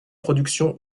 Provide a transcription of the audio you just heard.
production